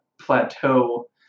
plateau